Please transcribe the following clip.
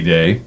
Day